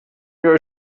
your